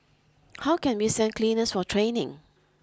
how can we send cleaners for training